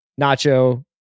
Nacho